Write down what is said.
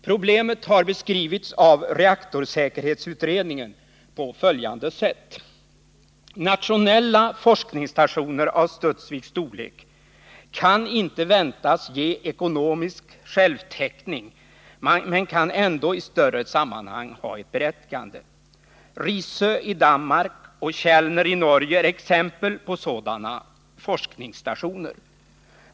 Problemet har beskrivits av reaktorsäkerhetsutredningen på följande sätt: ”Nationella forskningsstationer av Studsviks storlek kan inte väntas ge ekonomisk självtäckning men kan ändå i större sammanhang ha ett berättigande. Risö i Danmark och Kjeller i Norge är exempel på sådana forskningsstationer.